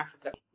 Africa